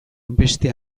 beste